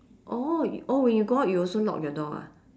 orh orh when you go out you also lock your door ah